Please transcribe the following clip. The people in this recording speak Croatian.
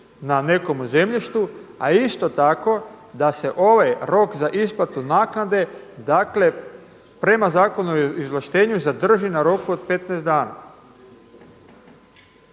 na nekom zemljištu, a isto tako da se ovaj rok za isplatu naknade dakle prema Zakonu o izvlaštenju zadrži na roku od 15 dana.